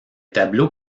tableaux